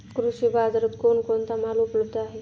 कृषी बाजारात कोण कोणता माल उपलब्ध आहे?